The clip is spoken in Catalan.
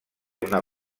una